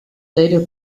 later